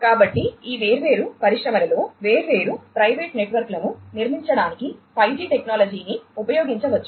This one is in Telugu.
కాబట్టి ఈ వేర్వేరు పరిశ్రమలలో వేర్వేరు ప్రైవేట్ నెట్వర్క్లను నిర్మించడానికి 5జి టెక్నాలజీని ఉపయోగించవచ్చు